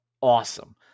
awesome